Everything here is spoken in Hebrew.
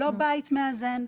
לא "בית מאזן",